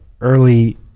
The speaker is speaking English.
early